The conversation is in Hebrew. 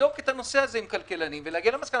לבדוק את הנושא הזה עם כלכלנים ונגיע למסקנה.